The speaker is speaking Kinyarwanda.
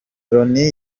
loni